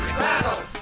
battle